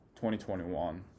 2021